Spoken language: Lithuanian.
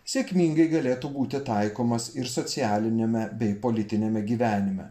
sėkmingai galėtų būti taikomas ir socialiniame bei politiniame gyvenime